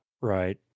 Right